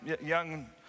Young